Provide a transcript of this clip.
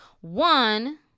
One